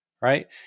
right